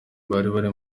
bari